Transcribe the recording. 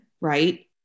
right